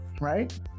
right